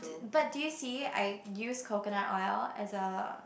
but do you see I use coconut oil as a